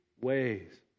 ways